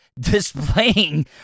displaying